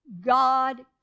God